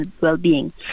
well-being